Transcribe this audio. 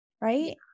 right